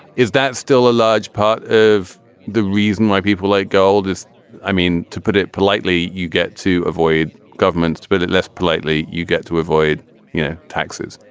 is that still a large part of the reason why people like gold is i mean to put it politely. you get to avoid governments to put it less politely. you get to avoid yeah taxes